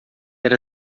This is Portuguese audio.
era